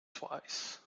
twice